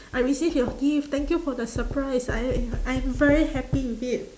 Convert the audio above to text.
I received your gift thank you for the surprise I I'm very happy with it